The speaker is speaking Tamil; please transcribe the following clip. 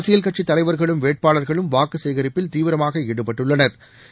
அரசியல் கட்சித் தலைவா்களும் வேட்பாளா்களும் வாக்கு சேகரிப்பில் தீவிரமாக ஈடுபட்டுள்ளனா்